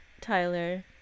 Tyler